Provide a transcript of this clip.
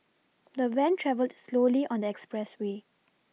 the van travelled slowly on the expressway